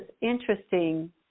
interesting